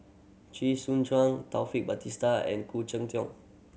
Chee Soon Juan Taufik Batisah and Khoo Cheng Tiong